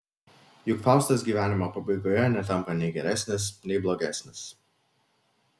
juk faustas gyvenimo pabaigoje netampa nei geresnis nei blogesnis